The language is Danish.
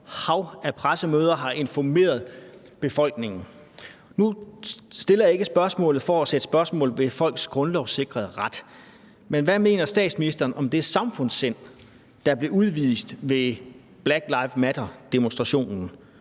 hav af pressemøder og har informeret befolkningen. Nu stiller jeg ikke spørgsmålet for at sætte spørgsmålstegn ved folks grundlovssikrede ret, men hvad mener ministeren om det samfundssind, der blev udvist ved Black Lives Matter-demonstrationen,